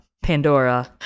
Pandora